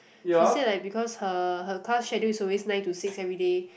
she say like because her her class schedule is always nine to six everyday